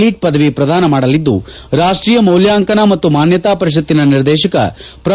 lit ಪದವಿ ಪ್ರದಾನ ಮಾಡಲಿದ್ದು ರಾಷ್ಷೀಯ ಮೌಲ್ನಾಂಕನ ಮತ್ತು ಮಾನ್ಸತಾ ಪರಿಷತ್ತಿನ ನಿರ್ದೇಶಕ ಪ್ರೊ